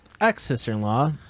Ex-sister-in-law